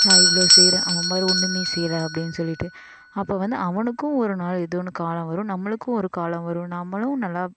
நான் இவ்வளோ செய்கிறேன் அவன் பாரு ஒன்னும் செய்யல அப்படின்னு சொல்லிட்டு அப்போது வந்து அவனுக்கும் ஒரு நாள் இதுனு காலம் வரும் நம்மளுக்கும் ஒரு காலம் வரும் நம்மளும் நல்லா